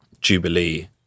jubilee